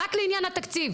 רק לעניין התקציב.